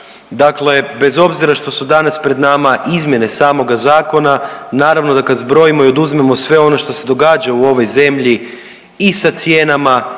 Dakle, bez obzira što su danas pred nama izmjene samog zakona naravno da kad zbrojimo i oduzmemo sve ono što se događa u ovoj zemlji i sa cijenama